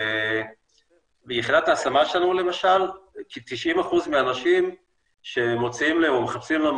וביחידת ההשמה שלנו למשל כ-90% מהאנשים שמחפשים להם